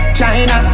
China